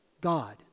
God